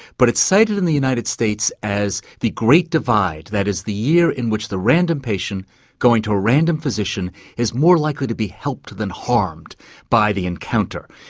but it's cited in the united states as the great divide, that is, the year in which the random patient going to a random physician, is more likely to be helped than harmed by the encounter.